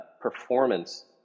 performance